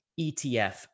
ETF